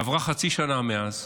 עברה חצי שנה מאז,